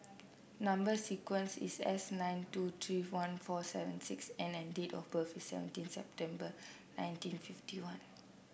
number sequence is S nine two three one four seven six N and date of birth is seventeen September nineteen fifty one